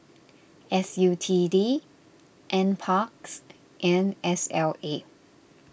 S U T D N Parks and S L A